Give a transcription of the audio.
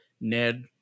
ned